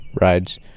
rides